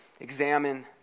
examine